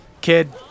Kid